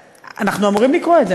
אנחנו אמורים לקרוא את זה,